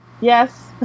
Yes